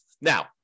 Now